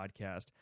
podcast